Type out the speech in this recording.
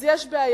אז יש בעיה.